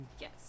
Yes